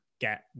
get